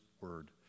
word